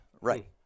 right